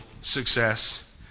success